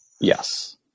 Yes